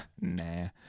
nah